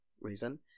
reason